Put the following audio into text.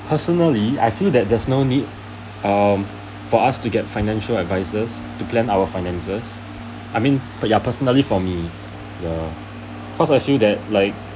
personally I feel that there's no need um for us to get financial advisers to plan our finances I mean per ya personally for me the cause I feel that like